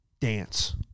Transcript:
dance